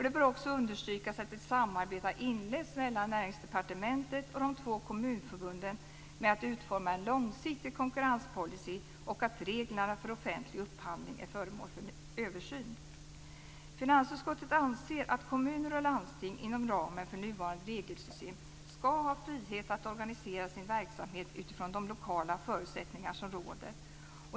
Det bör också understrykas att ett samarbete inletts mellan Näringsdepartementet och de två kommunförbunden med att utforma en långsiktig konkurrenspolicy och att reglerna för offentlig upphandling är föremål för översyn. Finansutskottet anser att kommuner och landsting inom ramen för nuvarande regelsystem skall ha frihet att organisera sin verksamhet utifrån de lokala förutsättningar som råder.